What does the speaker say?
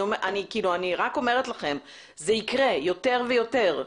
אני רק אומרת לכם שזה יקרה יותר ויותר.